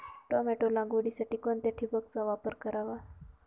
Tomato लागवडीसाठी कोणत्या ठिबकचा वापर करावा?